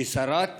ששרת